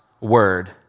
word